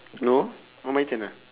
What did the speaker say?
hello my turn ah